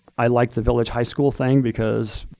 i like the village high school thing because,